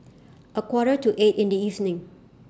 A Quarter to eight in The evening